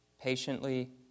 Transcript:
Patiently